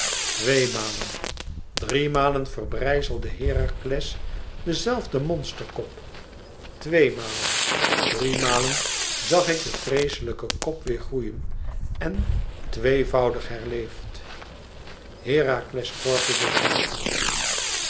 twee malen drie malen verbrijzelde herakles den zelfden monsterkop tweemalen driemalen zag ik den vreeslijken kop weêr groeien en tweevoudig herleefd herakles gorgel